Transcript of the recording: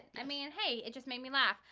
i mean, hey, it just made me laugh.